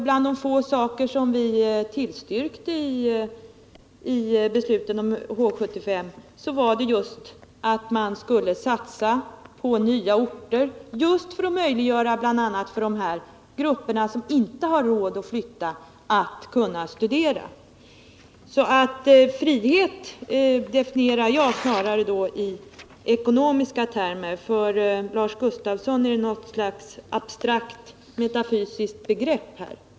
Bland de få saker som vi tillstyrkte i beslutet om H 75 var, som jag uppfattar det, just att man skulle satsa på nya orter för att möjliggöra för de grupper, som inte har råd att flytta, att kunna studera. Ordet frihet definierar jag alltså snarare i ekonomiska termer — för Lars Gustafsson är detta något slags abstrakt, metafysiskt begrepp.